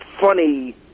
funny